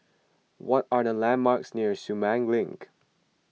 what are the landmarks near Sumang Link